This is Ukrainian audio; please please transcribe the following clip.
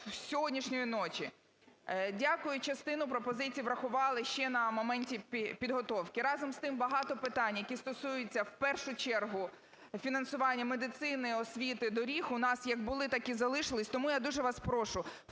сьогоднішньої ночі. Дякую, частину пропозицій врахували ще на моменті підготовки. Разом з тим багато питань, які стосуються в першу чергу фінансування медицини, освіти, доріг у нас як були так і залишилися. Тому я дуже вас прошу,